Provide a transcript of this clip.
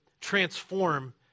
transform